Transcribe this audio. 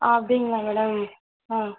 அப்படிங்களா மேடம் ஆ